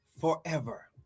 forever